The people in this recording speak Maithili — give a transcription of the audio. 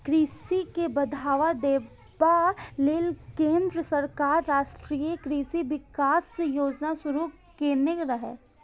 कृषि के बढ़ावा देबा लेल केंद्र सरकार राष्ट्रीय कृषि विकास योजना शुरू केने रहै